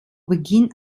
beginn